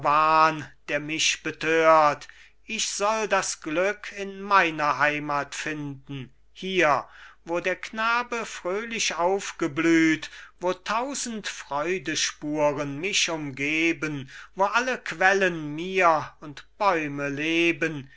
der mich betört ich soll das glück in meiner heimat finden hier wo der knabe fröhlich aufgeblüht wo tausend freudespuren mich umgeben wo alle quellen mir und bäume leben